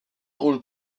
rôles